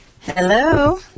hello